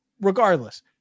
regardless